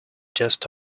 just